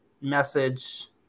message